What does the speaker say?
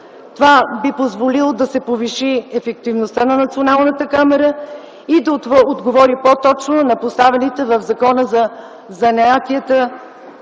Това би позволило да се повиши ефективността на Националната камара и да се отговори по-точно на поставените в Закона за занаятите